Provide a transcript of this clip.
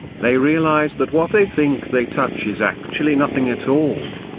they realize that what they think they touch is actually nothing at all.